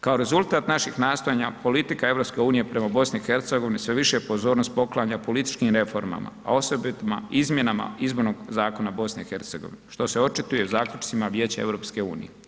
Kao rezultat naših nastojanja, politika EU prema BiH sve više pozornost poklanja političkim reformama, a osobito izmjenama izbornog zakona BiH, što se očituje u zaključcima Vijeća EU.